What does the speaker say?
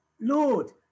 Lord